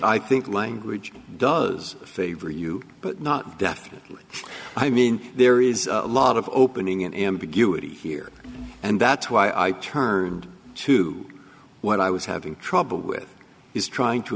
i think language does favor you but not definitely i mean there is a lot of opening and ambiguity here and that's why i turned to what i was having trouble with is trying to